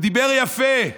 הוא דיבר יפה.